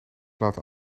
laten